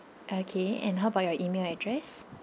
okay and how about your email address